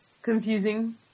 Confusing